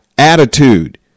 Attitude